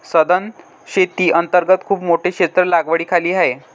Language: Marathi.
सधन शेती अंतर्गत खूप मोठे क्षेत्र लागवडीखाली आहे